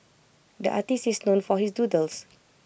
the artist is known for his doodles